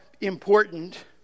important